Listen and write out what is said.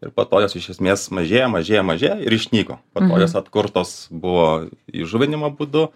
ir po to jos iš esmės mažėjo mažėjo mažėjo ir išnyko po to jos atkurtos buvo įžuvinimo būdu